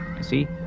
see